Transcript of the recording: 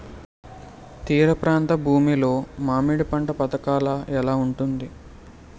తీర ప్రాంత భూమి లో మామిడి పంట పథకాల ఎలా ఉంటుంది?